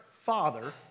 father